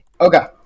Okay